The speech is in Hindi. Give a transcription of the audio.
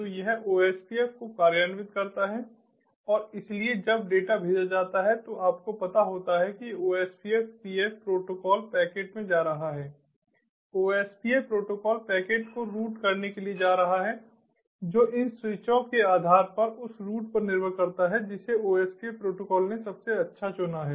तो यह OSPF को कार्यान्वित करता है और इसलिए जब डेटा भेजा जाता है तो आपको पता होता है कि OSPF PF प्रोटोकॉल पैकेट में जा रहा है OSPF प्रोटोकॉल पैकेट को रूट करने के लिए जा रहा है जो इन स्विचों के आधार पर उस रूटपर निर्भर करता है जिसे OSPF प्रोटोकॉल ने सबसे अच्छा चुना है